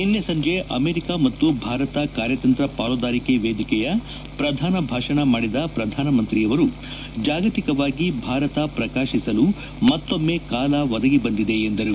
ನಿನ್ನೆ ಸಂಜೆ ಅಮೆರಿಕ ಮತ್ತು ಭಾರತ ಕಾರ್ಯತಂತ್ರ ಪಾಲುದಾರಿಕೆ ವೇದಿಕೆಯ ಪ್ರಧಾನ ಭಾಷಣ ಮಾಡಿದ ಪ್ರಧಾನಮಂತ್ರಿಯವರು ಜಾಗತಿಕವಾಗಿ ಭಾರತ ಪ್ರಕಾಶಿಸಲು ಮತ್ತೊಮ್ಮೆ ಕಾಲ ಒದಗಿ ಬಂದಿದೆ ಎಂದರು